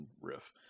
riff